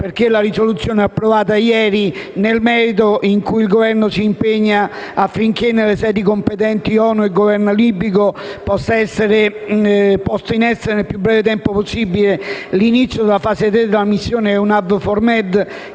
alla risoluzione approvata ieri. Nel merito, il Governo si impegna affinché nelle sedi competenti (ONU e Governo libico), possa essere posto in essere, nel più breve tempo possibile, l'inizio della fase 3 della missione EUNAVFOR Med,